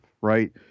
right